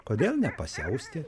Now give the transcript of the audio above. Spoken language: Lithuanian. kodėl nepasiausti